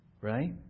Right